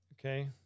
okay